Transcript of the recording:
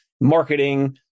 marketing